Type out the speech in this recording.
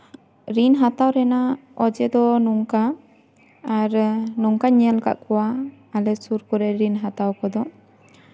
ᱨᱤᱱ ᱦᱟᱛᱟᱣ ᱨᱮᱱᱟᱜ ᱚᱡᱮ ᱫᱚ ᱱᱚᱝᱠᱟ ᱟᱨ ᱱᱚᱝᱠᱟᱧ ᱧᱮᱞ ᱟᱠᱟᱫ ᱠᱚᱣᱟ ᱟᱞᱮ ᱥᱩᱨ ᱠᱚᱨᱮᱫ ᱨᱤᱱ ᱦᱟᱛᱟᱣ ᱠᱚᱫᱚ